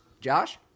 Josh